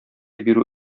бирү